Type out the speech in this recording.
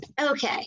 okay